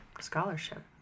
scholarship